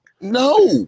No